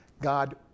God